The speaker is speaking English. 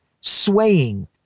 swaying